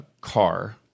car